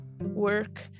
work